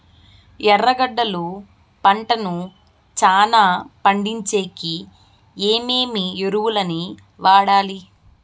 ఎర్రగడ్డలు పంటను చానా పండించేకి ఏమేమి ఎరువులని వాడాలి?